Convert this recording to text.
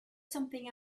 something